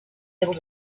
able